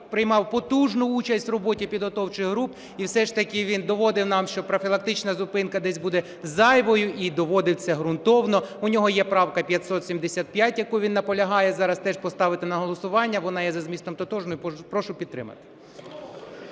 приймав потужну участь в роботі підготовчих груп і все ж таки він доводив нам, що профілактична зупинка десь буде зайвою, і доводив це ґрунтовно, у нього є правка 575, яку він наполягає зараз теж поставити на голосування. Вона є за змістом тотожною. Прошу підтримати.